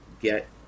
get